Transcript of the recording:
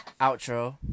Outro